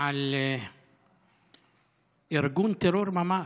על ארגון טרור של ממש,